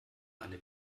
eine